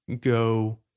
go